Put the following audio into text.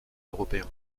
européens